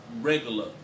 regular